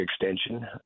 extension